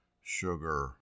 sugar